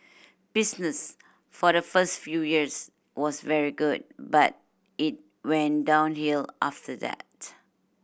business for the first few years was very good but it went downhill after that